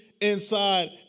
inside